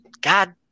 God